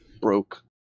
broke